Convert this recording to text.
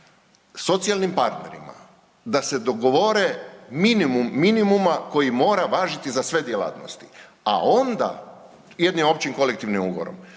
socijalnim partnerima da se dogovore minimum minimuma koji mora važiti za sve djelatnosti, a onda jednim općim kolektivnim ugovorom.